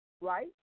right